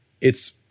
it's-